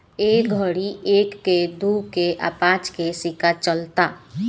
ए घड़ी एक के, दू के आ पांच के सिक्का चलता